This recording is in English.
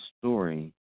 story